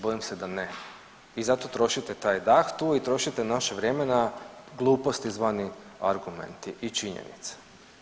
Bojim se da ne i zato trošite taj dah tu i trošite naše vrijeme na gluposti zvanim argumenti i činjenice.